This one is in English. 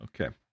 Okay